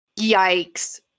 Yikes